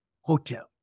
Hotel